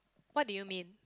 what do you mean